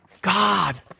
God